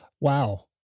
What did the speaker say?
Wow